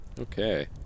Okay